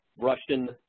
Russian